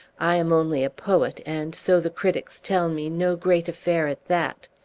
i am only a poet, and, so the critics tell me, no great affair at that!